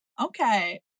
Okay